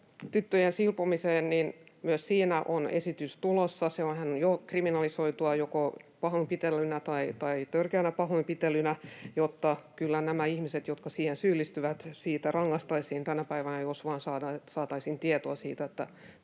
tyttöjen silpomiseen, niin myös siitä on esitys tulossa. Sehän on jo kriminalisoitua joko pahoinpitelynä tai törkeänä pahoinpitelynä, joten kyllä näitä ihmisiä, jotka siihen syyllistyvät, siitä rangaistaisiin tänä päivänä, jos vaan saataisiin tietoa siitä,